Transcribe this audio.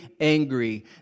angry